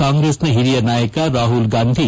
ಕಾಂಗ್ರೆಸ್ನ ಹಿರಿಯ ನಾಯಕ ರಾಹುಲ್ಗಾಂಧಿ